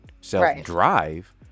self-drive